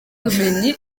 ubumenyi